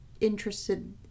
interested